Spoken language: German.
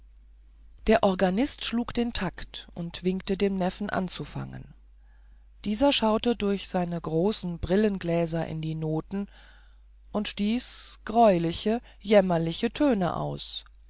der organist schlug den takt und winkte dem neffen anzufangen dieser schaute durch seine großen brillengläser in die noten und stieß greuliche jämmerliche töne aus